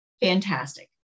fantastic